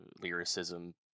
lyricism